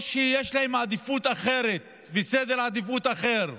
או שיש להם עדיפות אחרת וסדר עדיפות אחר.